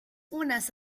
unas